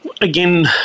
again